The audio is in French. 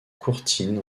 courtine